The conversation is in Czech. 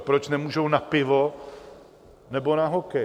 Proč nemůžou na pivo nebo na hokej?